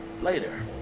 later